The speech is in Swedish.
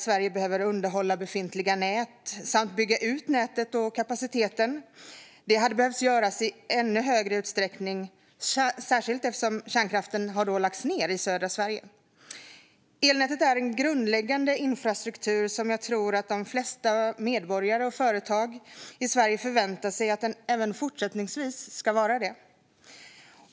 Sverige behöver underhålla befintliga nät samt bygga ut näten och kapaciteten. Det hade behövt göras i ännu större utsträckning, särskilt eftersom kärnkraftverken i södra Sverige har lagts ned. Elnätet är grundläggande infrastruktur som jag tror att de flesta medborgare och företag i Sverige förväntar sig ska vara det även fortsättningsvis.